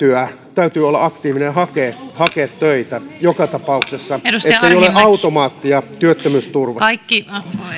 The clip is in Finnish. täytyy olla aktiivinen ja hakea töitä joka tapauksessa ja että ei ole automaatteja työttömyysturvaan